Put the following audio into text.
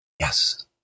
yes